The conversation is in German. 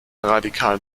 radikalen